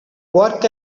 work